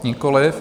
Nikoliv.